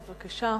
בבקשה.